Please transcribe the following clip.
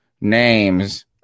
names